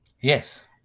Yes